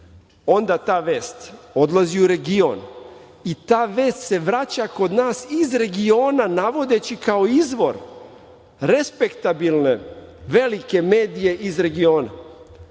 onda ta vest odlazi u region i ta vest se vraća kod nas iz regiona navodeći kao izvor, respektabilne velike medije iz regiona.